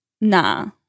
nah